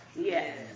Yes